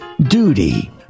duty